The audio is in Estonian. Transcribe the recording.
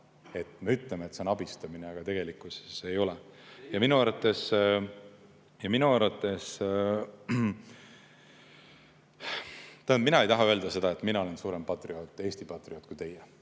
me ütleme, et see on abistamine, aga tegelikkuses ei ole. Tähendab, mina ei taha öelda seda, et mina olen suurem Eesti patrioot kui teie.